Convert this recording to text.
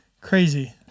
crazy